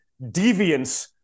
deviance